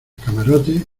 camarote